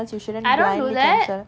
I don't do that